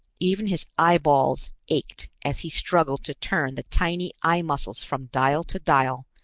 even his eyeballs ached as he struggled to turn the tiny eye muscles from dial to dial,